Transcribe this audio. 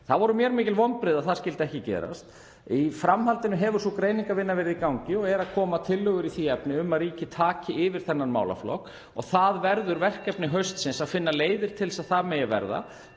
Það voru mér mikil vonbrigði að það skyldi ekki gerast. Í framhaldinu hefur sú greiningarvinna verið í gangi og eru að koma tillögur í því efni um að ríkið taki þennan málaflokk yfir og verður það verkefni haustsins að finna leiðir til þess að svo megi verða.